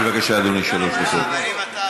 בבקשה, אדוני, שלוש דקות.